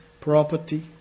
property